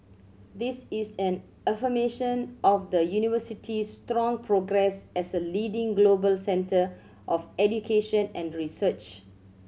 this is an affirmation of the University's strong progress as a leading global centre of education and research